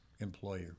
Employer